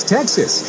Texas